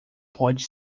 pode